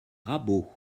rabault